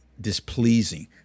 displeasing